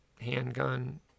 handgun